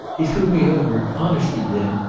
he threw me over! honest he did.